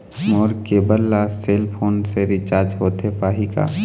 मोर cable ला cell phone से recharge होथे पाही का?